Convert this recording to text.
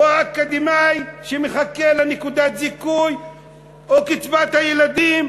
את האקדמאי שמחכה לנקודת הזיכוי או לקצבת הילדים?